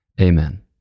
Amen